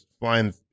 flying